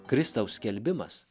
kristaus skelbimas